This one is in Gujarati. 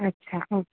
અચ્છા ઓકે